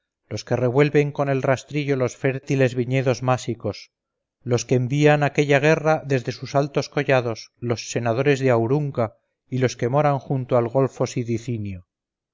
los que revuelven con el rastrillo los fértiles viñedos másicos los que envían a aquella guerra desde sus altos collados los senadores de aurunca y los que moran junto al golfo